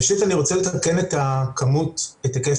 ראשית אני רוצה לתקן את היקף המטופלות.